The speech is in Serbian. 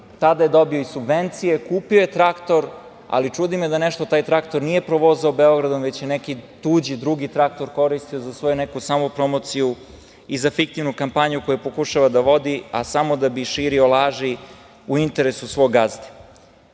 tada je dobio i subvencije, kupio je traktor, ali čudi me da nešto taj traktor nije provozao Beogradom, već je neki tuđi, drugi traktor koristio za neku svoju samopromociju i za fiktivnu kampanju koju pokušava da vodi, a samo da bi širio laži u interesu svog gazde. Ono